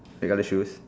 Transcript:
the colour shoes